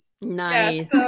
Nice